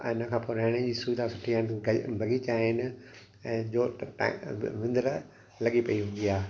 ऐं इन खां पोइ रहण जी सुविधा सुठी आहिनि कई बग़ीचा आहिनि ऐं जो विंदिर लॻी पई हूंदी आहे